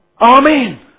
Amen